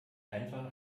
einfach